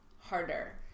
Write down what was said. harder